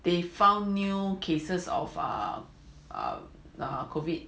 they found new cases of err